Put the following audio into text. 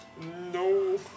No